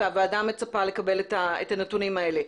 והוועדה מצפה לקבל את הנתונים האלה.